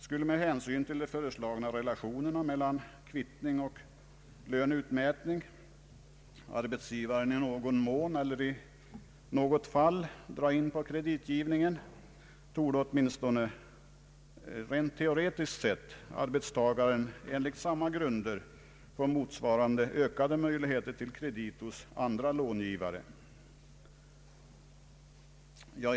Skulle med hänsyn till de föreslagna relationerna mellan kvittning och löneutmätning arbetsgivaren, i någon mån eller i något fall, dra in på kreditgivningen, torde, åtminstone teoretiskt sett, arbetstagaren enligt samma grunder få motsvarande ökade möjligheter till kredit hos andra långivare.